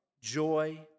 joy